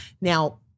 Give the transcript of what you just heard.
Now